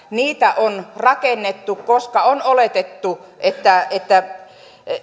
niitä on rakennettu koska on oletettu että että